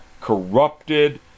corrupted